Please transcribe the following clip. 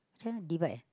macam mana divide eh